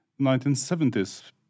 1970s